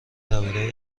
درباره